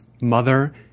mother